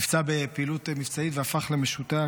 נפצע בפעילות מבצעית והפך למשותק.